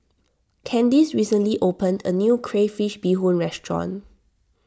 Candice recently opened a new Crayfish BeeHoon restaurant